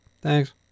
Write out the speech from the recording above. thanks